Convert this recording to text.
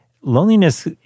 Loneliness